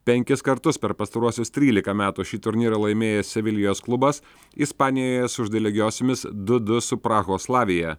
penkis kartus per pastaruosius trylika metų šį turnyrą laimėjęs sevilijos klubas ispanijoje sužaidė lygiosiomis du du su prahos slavia